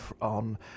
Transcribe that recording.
on